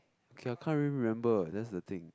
okay I can't really remember that's the thing